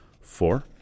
Four